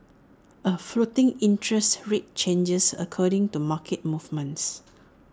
A floating interest rate changes according to market movements